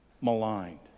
maligned